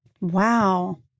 Wow